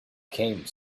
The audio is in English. came